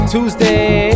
Tuesday